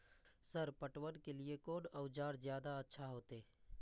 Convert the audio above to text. Sir पटवन के लीऐ कोन औजार ज्यादा अच्छा होते?